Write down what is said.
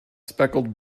speckled